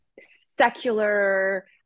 secular